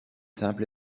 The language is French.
simple